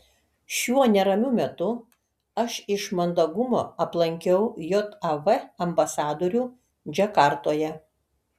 šiuo neramiu metu aš iš mandagumo aplankiau jav ambasadorių džakartoje